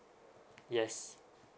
yes